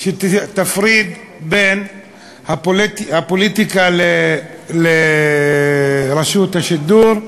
שתפריד בין הפוליטיקה לרשות השידור,